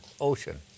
ocean